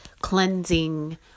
cleansing